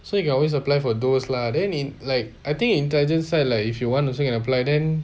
so you can always apply for those lah then in like I think intelligence side like if you want to say can apply then